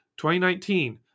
2019